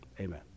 Amen